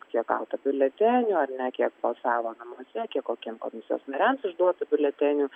kiek gauta biuletenių ar ne kiek balsavo namuose kiek kokiem komisijos nariam išduota biuletenių